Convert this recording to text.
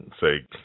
say